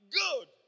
good